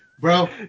bro